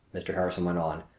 mr. harrison went on.